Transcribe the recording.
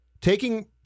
taking –